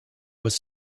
was